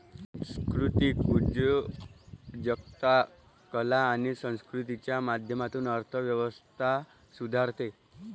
सांस्कृतिक उद्योजकता कला आणि संस्कृतीच्या माध्यमातून अर्थ व्यवस्था सुधारते